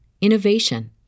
innovation